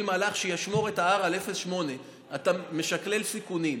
מהלך שישמור את ה-R על 0.8 אתה משקלל סיכונים.